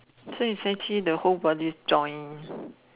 so it's actually the whole body joint